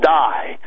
die